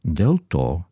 dėl to